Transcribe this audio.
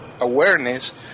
awareness